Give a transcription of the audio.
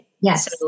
yes